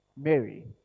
Mary